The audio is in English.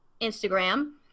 instagram